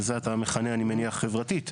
לזה אתה מכנה אני מניח חברתית,